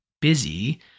busy